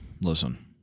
listen